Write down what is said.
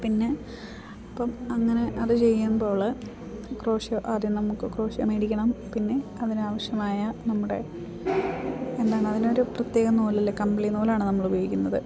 പിന്നെ അപ്പം അങ്ങനെ അത് ചെയ്യുമ്പോൾ ക്രോഷിയൊ ആദ്യം നമുക്ക് ക്രോഷിയൊ വേടിക്കണം പിന്നെ അതിനാവശ്യമായ നമ്മുടെ എന്താണ് അതിനൊരു പ്രത്യേകം നൂലല്ല കമ്പിളി നൂലാണ് നമ്മളുപയോഗിക്കുന്നത്